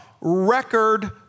record